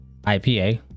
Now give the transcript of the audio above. ipa